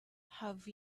have